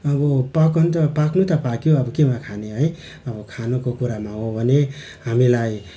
अब पकाउनु त पाक्नु त पाक्यो अब केमा खाने है अब खानुको कुरामा हो भने हामीलाई